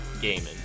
gaming